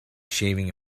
shaving